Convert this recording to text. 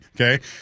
okay